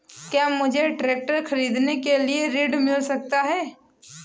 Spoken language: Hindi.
क्या मुझे ट्रैक्टर खरीदने के लिए ऋण मिल सकता है?